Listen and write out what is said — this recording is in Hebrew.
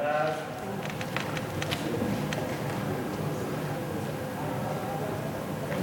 הצעת ועדת הכנסת בדבר חלוקת הצעת